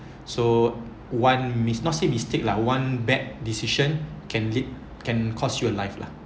so one mist~ not say mistake lah one bad decision can lead can cost your life lah